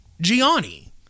Gianni